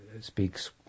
speaks